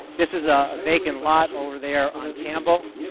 this is a vacant lot over there on campbell.